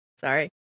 Sorry